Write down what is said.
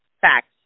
Facts